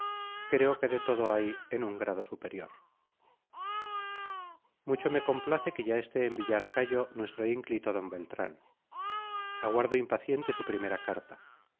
creo que de todo hay en un grado superior mucho me complace que ya esté en villarcayo nuestro ínclito d beltrán aguardo impaciente su primera carta